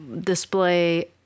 display